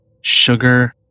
Sugar